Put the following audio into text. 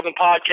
podcast